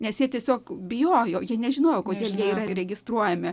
nes jie tiesiog bijojo jie nežinojo kodėl jie yra registruojami